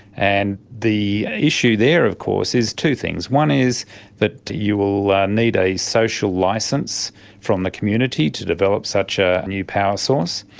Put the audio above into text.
and the issue there of course is two things. one is that you will need a social licence from the community to develop such a new power source,